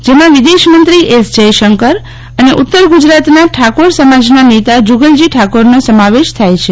જેમાં વિદેશમંત્રી એસ જયશંકર અને ઉતર ગુજરાતનાં ઠાકોર સમાજનાં નેતા જુગલજી ઠાકોરનો સમાવેશ થાય છે